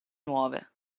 nuove